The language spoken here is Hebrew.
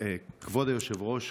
כבוד היושב-ראש,